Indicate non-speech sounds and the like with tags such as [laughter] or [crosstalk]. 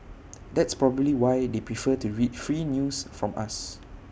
[noise] that's probably why they prefer to read free news from us